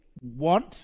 want